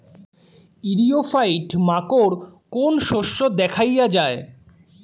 ইরিও ফাইট মাকোর কোন শস্য দেখাইয়া যায়?